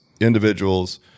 individuals